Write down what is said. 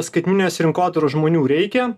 skaitmeninės rinkodaros žmonių reikia